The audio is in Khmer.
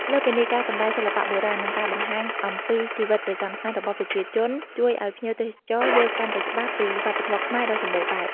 លើសពីនេះ ការសម្តែងសិល្បៈបុរាណ និងការបង្ហាញអំពីជីវិតប្រចាំថ្ងៃរបស់ប្រជាជន ជួយឲ្យភ្ញៀវទេសចរយល់កាន់តែច្បាស់ពីវប្បធម៌ខ្មែរដ៏សម្បូរបែប។